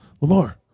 Lamar